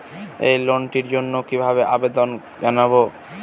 এই লোনটির জন্য কিভাবে আবেদন জানাবো?